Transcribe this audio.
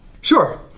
Sure